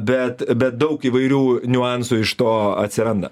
bet bet daug įvairių niuansų iš to atsiranda